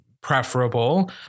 preferable